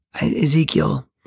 Ezekiel